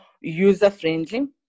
user-friendly